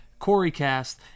CoreyCast